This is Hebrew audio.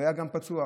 אבל היה גם פצוע.